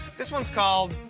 this one's called,